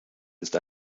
ist